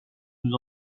nous